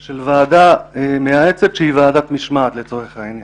של ועדה מייעצת שהיא ועדת משמעת לצורך העניין.